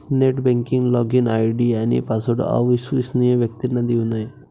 net banking login ID आणि password अविश्वसनीय व्यक्तींना देऊ नये